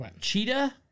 Cheetah